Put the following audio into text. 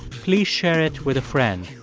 please share it with a friend.